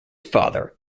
father